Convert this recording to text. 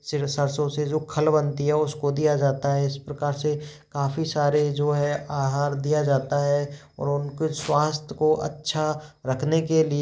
सिर सरसों से जो खल बनती है उसको दिया जाता है इस प्रकार से काफ़ी सारे जो है आहार दिया जाता है और उनके स्वास्थ्य को अच्छा रखने के लिए